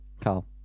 Carl